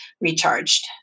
recharged